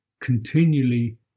continually